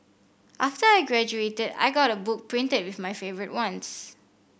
after I graduated I got a book printed with my favourite ones